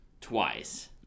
twice